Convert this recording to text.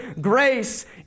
Grace